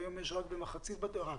היום יש רק במחצית זה לא "רק",